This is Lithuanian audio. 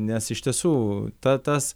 nes iš tiesų ta tas